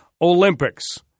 Olympics